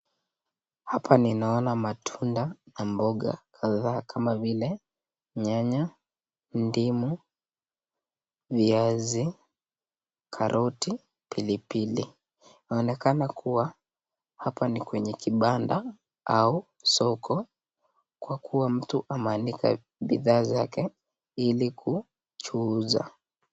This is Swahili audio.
Hapa ninaona matunda na mboga kadhaa kama vile nyanya, ndimu, viazi, karoti, pilipili. Inaonekana kua hapa ni kwenye kibanda au soko kwa kua mtu ameanika bidhaa zake ili kuchuuza.